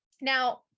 Now